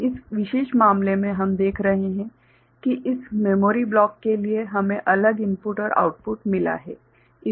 तो इस विशेष मामले में हम देख रहे हैं कि इस मेमोरी ब्लॉक के लिए हमें अलग इनपुट और आउटपुट मिला है